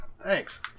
thanks